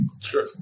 Sure